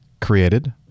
created